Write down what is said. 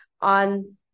on